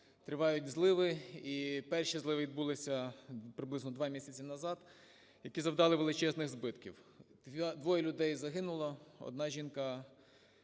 тривають зливи і перші зливи відбулися приблизно два місяці назад, які завдали величезних збитків, двоє людей загинуло, одна жінка